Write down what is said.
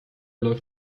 läuft